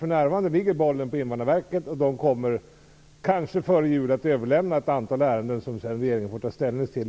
För närvarande ligger bollen hos Invandrarverket, och man kommer kanske före jul att överlämna ett antal ärenden som sedan regeringen får ta ställning till.